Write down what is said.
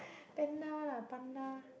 panda lah panda